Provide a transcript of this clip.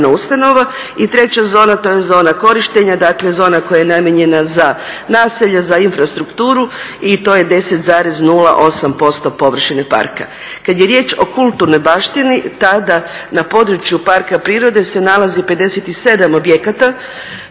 ustanova. I treća zona, to je zona korištenja, dakle zona koja je namijenjena za naselja, za infrastrukturu i to je 10,08% površine parka. Kad je riječ o kulturnoj baštini tada na području parka prirode se nalazi 57 objekata